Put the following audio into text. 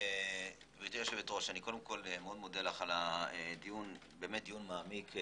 גברתי היושבת-ראש, אני מודה לך על הדיון המעמיק.